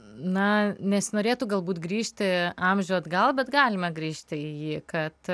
na nesinorėtų galbūt grįžti amžių atgal bet galima grįžti į kad